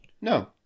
No